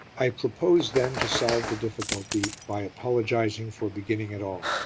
i propose, then, to solve the difficulty by apologising for beginning at all.